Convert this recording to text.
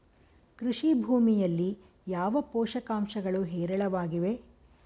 ಕೃಷಿ ಭೂಮಿಯಲ್ಲಿ ಯಾವ ಪೋಷಕಾಂಶಗಳು ಹೇರಳವಾಗಿವೆ?